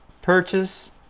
purchase